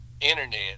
internet